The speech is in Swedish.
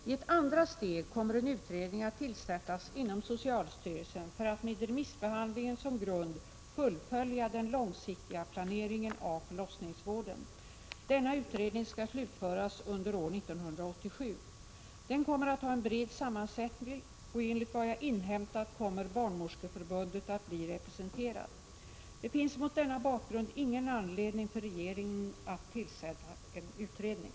I ett andra steg kommer en utredning att tillsättas inom socialstyrelsen för att med remissbehandlingen som grund fullfölja den långsiktiga planeringen av förlossningsvården. Denna utredning skall slutföras under år 1987. Den kommer att ha en bred sammansätttning, och enligt vad jag har inhämtat kommer Barnmorskeförbundet att bli representerat. Det finns mot denna bakgrund ingen anledning för regeringen att tillsätta en utredning.